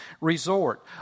resort